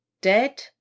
Dead